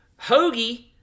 Hoagie